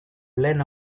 lehen